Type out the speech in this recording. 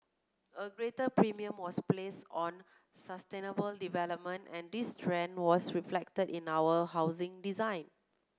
a greater premium was placed on sustainable development and this trend was reflected in our housing design